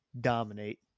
dominate